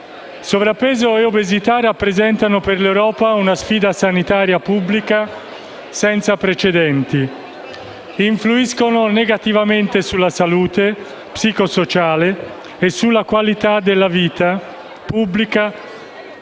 Sovrappeso e obesità rappresentano per l'Europa una sfida sanitaria pubblica senza precedenti. Influiscono negativamente sulla salute psicosociale e sulla qualità della vita pubblica